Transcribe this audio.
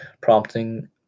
prompting